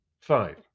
Five